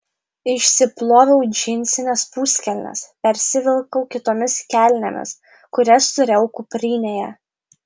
išsiploviau džinsines puskelnes persivilkau kitomis kelnėmis kurias turėjau kuprinėje